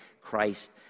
Christ